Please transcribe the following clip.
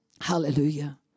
Hallelujah